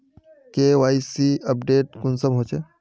KYC update कुंसम होचे?